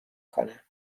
کنم